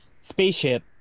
spaceship